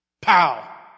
Pow